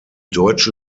deutsche